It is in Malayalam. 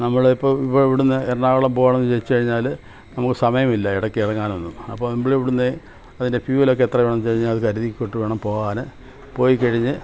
നമ്മളിപ്പോള് ഇവിടുന്ന് എറണാകുളം പോകണമെന്ന് വെച്ചു കഴിഞ്ഞാല് നമുക്ക് സമയമില്ല ഇടയ്ക്ക് ഇറങ്ങാനൊന്നും അപ്പോള് നമ്മളിവിടുന്നേ അതിന്റെ ഫ്യൂവലൊക്കെ എത്ര വേണമെന്നുവച്ചാല് അത് കരുതിക്കൊണ്ട് വേണം പോകാന് പോയിക്കഴിഞ്ഞ്